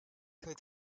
code